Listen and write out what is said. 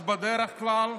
אז בדרך כלל,